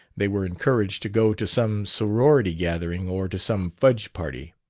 they were encouraged to go to some sorority gathering or to some fudge-party.